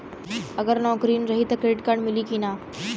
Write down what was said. अगर नौकरीन रही त क्रेडिट कार्ड मिली कि ना?